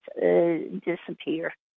disappear